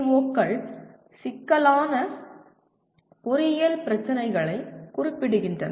ஓக்கள் சிக்கலான பொறியியல் பிரச்சனைகளை குறிப்பிடுகின்றன